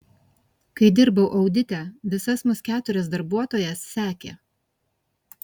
kai dirbau audite visas mus keturias darbuotojas sekė